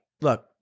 look